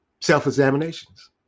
self-examinations